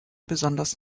besonders